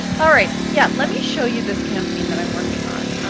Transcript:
all right, yeah, let me show you this campaign that i'm working on.